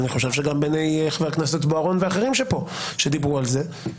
אני חושב שגם בעיני חבר הכנסת בוארון ואחרים שפה שדיברו על זה,